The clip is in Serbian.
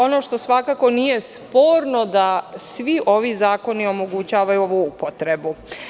Ono što svakako nije sporno da svi ovi zakoni omogućavaju ovu upotrebu.